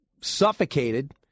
suffocated